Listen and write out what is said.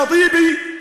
יא-טיבי,